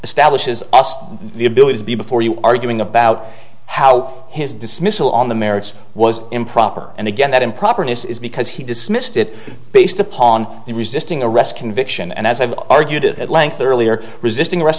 establishes the ability to be before you arguing about how his dismissal on the merits was improper and again that improper this is because he dismissed it based upon the resisting arrest conviction and as i've argued at length earlier resisting arrest